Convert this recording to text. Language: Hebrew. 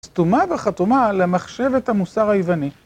סתומה וחתומה למחשבת המוסר היווני.